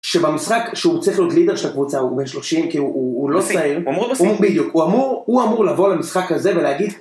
שבמשחק שהוא צריך להיות לידר של הקבוצה, הוא בן שלושים, כי הוא לא צעיר. הוא אמור להיות מספיק. בדיוק, הוא אמור הוא אמור לבוא למשחק הזה ולהגיד...